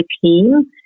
team